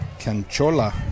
Canchola